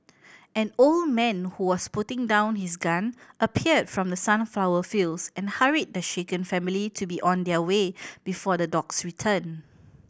an old man who was putting down his gun appeared from the sunflower fields and hurried the shaken family to be on their way before the dogs return